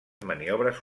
maniobres